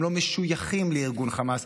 הם לא משויכים לארגון חמאס,